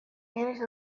maintained